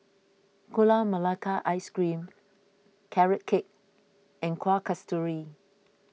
Gula Melaka Ice Cream Carrot Cake and Kueh Kasturi